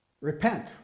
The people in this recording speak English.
Repent